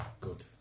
good